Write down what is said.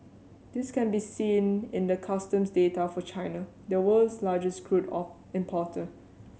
this can be seen in the custom data for China the world's largest crude of importer